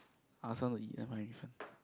I also want to eat the 白米粉